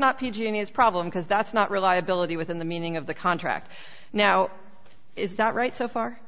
not p g and his problem because that's not rely ability within the meaning of the contract now is that right so far